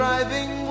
Driving